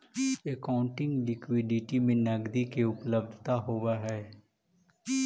accounting liquidity में नकदी के उपलब्धता होवऽ हई